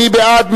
מי בעד?